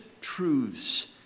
truths